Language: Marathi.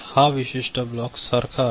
हा विशिष्ट ब्लॉक सारखा आहे